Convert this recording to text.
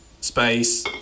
space